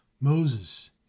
Moses